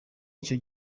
icyo